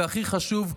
והכי חשוב,